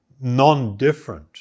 non-different